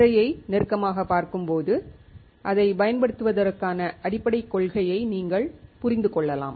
திரையை நெருக்கமாகப் பார்க்கும்போது அதைப் பயன்படுத்துவதற்கான அடிப்படைக் கொள்கையை நீங்கள் புரிந்து கொள்ளலாம்